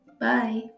bye